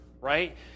right